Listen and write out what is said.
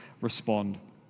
respond